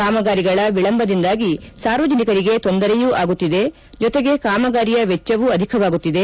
ಕಾಮಗಾರಿಗಳ ವಿಳಂಬದಿಂದಾಗಿ ಸಾರ್ವಜನಿಕರಿಗೆ ತೊಂದರೆಯೂ ಆಗುತ್ತಿದೆ ಜೊತೆಗೆ ಕಾಮಗಾರಿಯ ವೆಚ್ಚವೂ ಅಧಿಕವಾಗುತ್ತಿದೆ